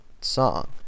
song